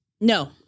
No